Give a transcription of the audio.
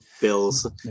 Bills